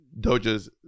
Doja's